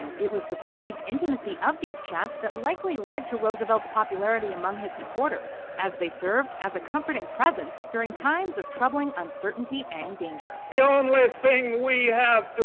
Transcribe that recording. it was the perceived intimacy of these chats that likely led to roosevelt's popularity among his supporters, as they served as a comforting presence during times of troubling, uncertainty and danger. the only thing we have to